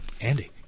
Andy